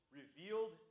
revealed